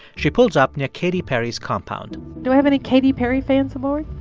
she pulls up near katy perry's compound do i have any katy perry fans aboard?